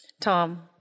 Tom